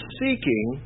seeking